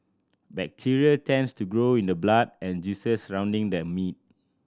bacteria tends to grow in the blood and juices surrounding the meat